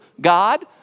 God